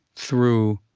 through,